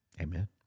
Amen